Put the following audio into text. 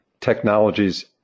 technologies